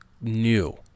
new